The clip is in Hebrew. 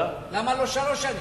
למה לא שלוש שנים?